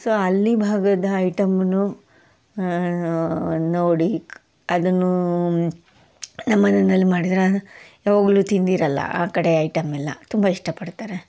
so ಅಲ್ಲಿ ಭಾಗದ ಐಟಮ್ಮುನೂ ನೋಡಿ ಅದನ್ನು ನಮ್ಮ ಮನೇನಲ್ಲಿ ಮಾಡಿದರೆ ಅದು ಯಾವಾಗ್ಲೂ ತಿಂದಿರೋಲ್ಲ ಆ ಕಡೆ ಐಟಮ್ಮೆಲ್ಲ ತುಂಬ ಇಷ್ಟಪಡ್ತಾರೆ